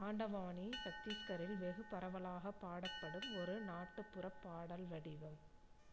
பாண்டவானி சத்தீஸ்கரில் வெகு பரவலாக பாடப்படும் ஒரு நாட்டுப்புறப் பாடல் வடிவம்